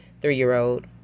three-year-old